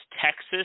Texas